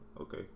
Okay